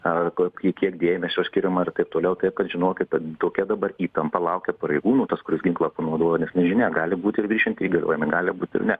a į kiek dėmesio skiriama ir taip toliau kad žinokit tokia dabar įtampa laukia pareigūnų tas kuris ginklą panaudojo nes nežinia gali būti ir viršinti įgaliojimai gali būti ir